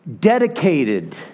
dedicated